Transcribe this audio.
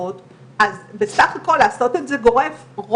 ואמנם קשה לראות את זה אבל